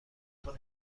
بدهد